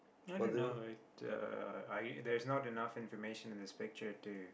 i don't know it's a uh there's not enough information in this picture to